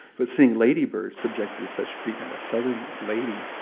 but seeing ladybird subjected to such treatment, a southern lady,